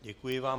Děkuji vám.